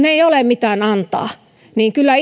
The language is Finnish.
ei ole niin kyllä